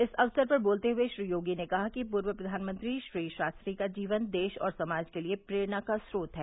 इस अवसर पर बोलते हुए श्री योगी ने कहा कि पूर्व प्रधानमंत्री श्री शास्त्री का जीवन देश और समाज के लिए प्रेरणा का च्रोत है